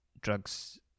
drugs